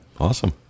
Awesome